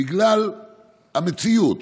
בגלל המציאות,